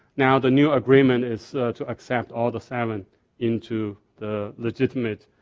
now the new agreement is to accept all the seven into the legitimate